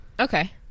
Okay